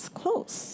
close